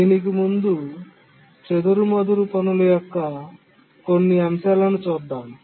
దీనికి ముందు చెదురుమదురు పనుల యొక్క కొన్ని అంశాలు చూద్దాము